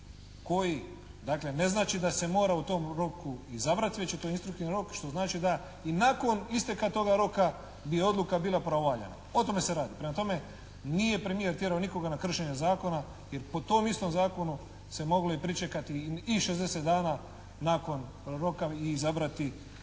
koji dakle ne znači da se mora u tom roku izabrati, već je to instruktivni rok što znači da i nakon isteka toga roka bi odluka bila pravovaljana. O tome se radi. Prema tome, nije premijer tjerao nikoga na kršenje zakona jer po tom istom zakonu se moglo i pričekati i 60 dana nakon roka i izabrati